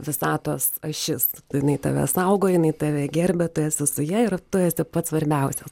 visatos ašis tai jinai tave saugo jinai tave gerbia tu esu su ja ir tu esi pats svarbiausias